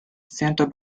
santa